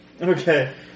Okay